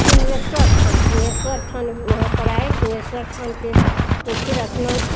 सिंहेश्वर स्थान सिंहेश्वर स्थान वहाँ पर आए सिंहेश्वर स्थान पर फिर स्नान